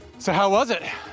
so how was it?